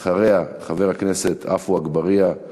אחריה, חבר הכנסת עפו אגבאריה,